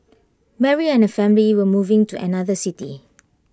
Mary and her family were moving to another city